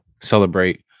celebrate